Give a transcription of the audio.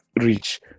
reach